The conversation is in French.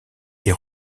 est